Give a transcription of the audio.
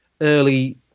early